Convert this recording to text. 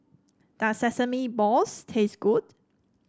does Sesame Balls taste good